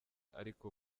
ariko